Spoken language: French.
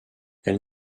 elle